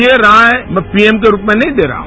यह राय मैं पीएम के रूप में नहीं दे रहा हूं